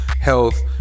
Health